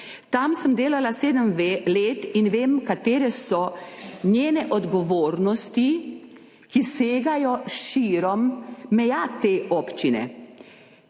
Tam sem delala sedem let in vem, katere so njene odgovornosti, ki segajo širom meja občine.